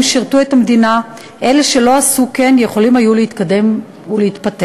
שירתו את המדינה אלה שלא עשו כן יכולים היו להתקדם ולהתפתח.